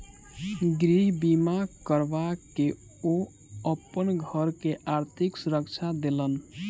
गृह बीमा करबा के ओ अपन घर के आर्थिक सुरक्षा देलैन